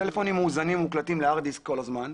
הטלפונים מואזנים ומוקלטים להארד דיסק כל הזמן.